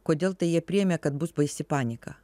kodėl tai jie priėmė kad bus baisi panika